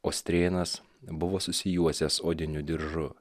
o strėnas buvo susijuosęs odiniu diržu